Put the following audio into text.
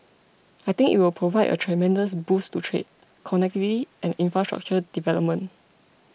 I think it will provide a tremendous boost to trade connectivity and infrastructure development